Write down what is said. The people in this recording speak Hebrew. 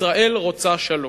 ישראל רוצה שלום,